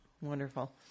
Wonderful